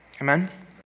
Amen